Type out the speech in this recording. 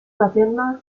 paterno